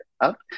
up